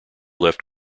left